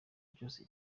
byose